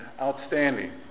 outstanding